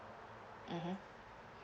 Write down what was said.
mmhmm